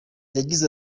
yagize